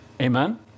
Amen